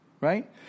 Right